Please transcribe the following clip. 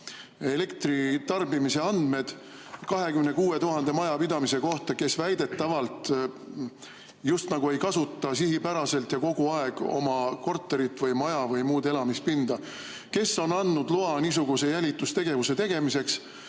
elektritarbimise andmed 26 000 majapidamise kohta, [nende kohta,] kes väidetavalt just nagu ei kasuta sihipäraselt ja kogu aeg oma korterit või maja või muud elamispinda? Kes on andnud loa niisuguse jälitustegevuse tegemiseks?